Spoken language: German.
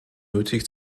nötig